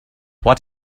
what